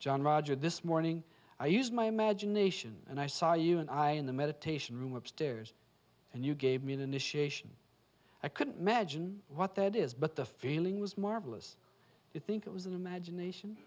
john roger this morning i used my imagination and i saw you and i in the meditation room upstairs and you gave me an initiation i couldn't imagine what that is but the feeling was marvelous i think it was an imagination